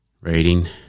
Reading